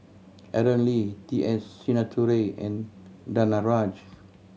Aaron Lee T S Sinnathuray and Danaraj